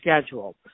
schedule